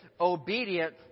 obedient